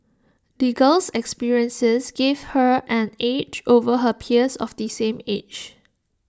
the girl's experiences gave her an edge over her peers of the same age